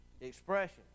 expression